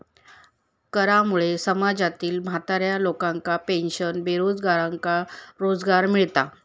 करामुळे समाजातील म्हाताऱ्या लोकांका पेन्शन, बेरोजगारांका रोजगार मिळता